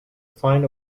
find